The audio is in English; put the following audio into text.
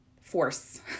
force